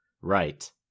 Right